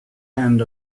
end